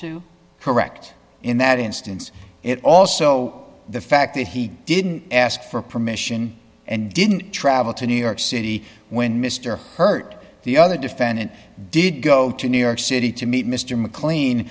to correct in that instance it also the fact that he didn't ask for permission and didn't travel to new york city when mr hurt the other defendant did go to new york city to meet mr mclean